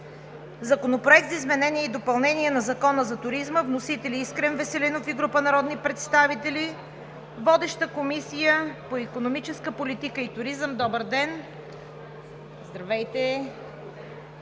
Законопроект за изменение и допълнение на Закона за туризма. Вносители – Искрен Веселинов и група народни представители. Водеща е Комисията по икономическа политика и туризъм. Годишен отчет